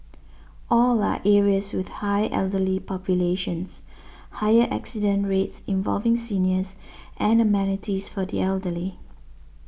all are areas with high elderly populations higher accident rates involving seniors and amenities for the elderly